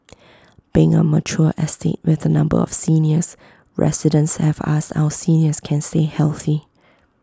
being A mature estate with A number of seniors residents have asked how seniors can see healthy